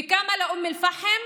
וכמה לאום אל-פחם?